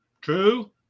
True